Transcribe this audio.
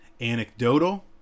anecdotal